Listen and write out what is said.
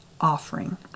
offering